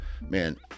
Man